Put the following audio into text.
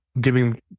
giving